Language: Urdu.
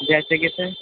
جیسے کہ سر